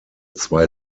zwei